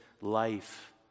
life